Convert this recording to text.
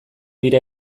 bira